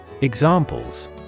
Examples